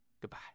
Goodbye